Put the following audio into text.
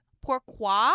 pourquoi